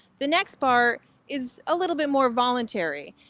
the next part is a little bit more voluntary.